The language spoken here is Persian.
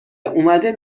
اومده